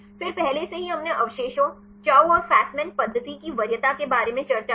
फिर पहले से ही हमने अवशेषों चाउ और फ़स्मान पद्धति की वरीयता के बारे में चर्चा की